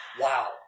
Wow